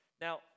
Now